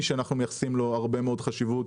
שאנחנו מייחסים לו הרבה מאוד חשיבות,